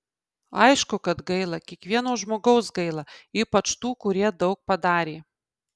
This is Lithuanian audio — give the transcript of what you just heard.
aišku kad gaila kiekvieno žmogaus gaila ypač tų kurie daug padarė